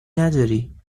نداری